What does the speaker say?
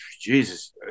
Jesus